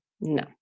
no